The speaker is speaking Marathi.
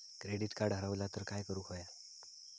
क्रेडिट कार्ड हरवला तर काय करुक होया?